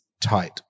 tight